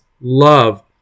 love